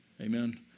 amen